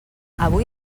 avui